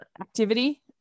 activity